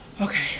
Okay